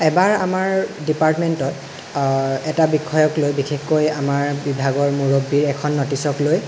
এবাৰ আমাৰ ডিপাৰ্টমেণ্টত এটা বিষয়ক লৈ বিশেষকৈ আমাৰ বিভাগৰ মুৰব্বীৰ এখন ন'টিচক লৈ